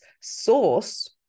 source